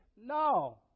No